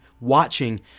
watching